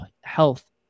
health